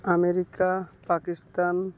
America Pakistan